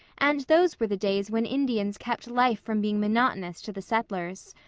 and those were the days when indians kept life from being monotonous to the settlers.